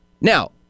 Now